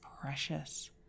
precious